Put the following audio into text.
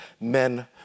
men